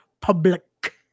public